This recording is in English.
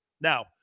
Now